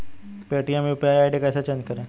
Paytm UPI ID कैसे change करें?